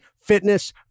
fitness